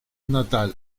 natal